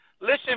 Listen